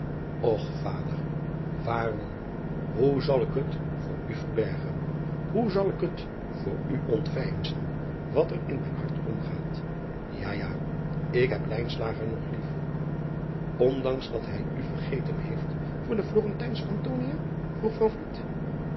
ch vader waarom hoe zal ik het voor u verbergen hoe zal ik voor u ontveinzen wat er in mijn hart omgaat ja ja ik heb nog lief ndanks dat hij u vergeten heeft voor de lorentijnsche vroeg